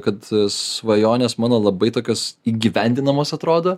kad svajonės mano labai tokios įgyvendinamos atrodo